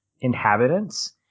inhabitants